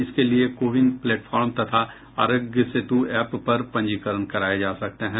इसके लिए CoWIN platform तथा आरोग्य सेतु एप पर पंजीकरण कराये जा सकते हैं